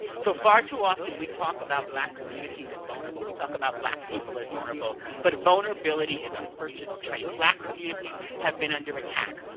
so far too often, we talk about black communities as vulnerable, we talk about black people as vulnerable, but vulnerability is a personal trait, black communities have been under attack.